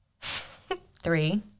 three